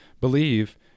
believe